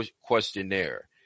questionnaire